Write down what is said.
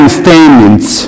statements